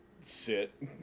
sit